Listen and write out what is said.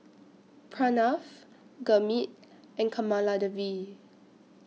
Pranav Gurmeet and Kamaladevi